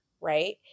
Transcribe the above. right